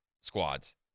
squads